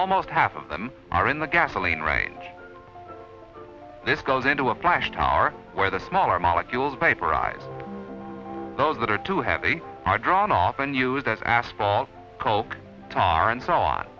almost half of them are in the gasoline range this goes into a flash tower where the smaller molecules paper rise those that are too heavy are drawn often use that asphalt coke to r and so on